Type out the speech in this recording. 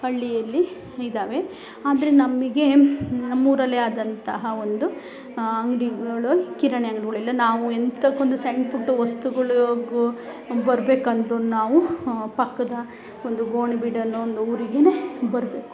ಹಳ್ಳಿಯಲ್ಲಿ ಇದಾವೆ ಆದರೆ ನಮಗೆ ನಮ್ಮೂರಲ್ಲಿ ಆದಂತಹ ಒಂದು ಅಂಗಡಿಗಳು ಕಿರಾಣಿ ಅಂಗ್ಡಿಗಳಲ್ಲೆ ನಾವು ಎಂತಕೊಂದು ಸಣ್ಪುಟ್ಟ ವಸ್ತುಗಳಿಗು ಬರಬೇಕಂದ್ರು ನಾವು ಪಕ್ಕದ ಒಂದು ಗೋಣಿಬೀಡು ಅನ್ನೋ ಒಂದು ಊರಿಗೇ ಬರಬೇಕು